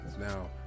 Now